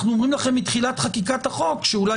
אנחנו אומרים לכם מתחילת חקיקת החוק שאולי